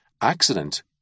accident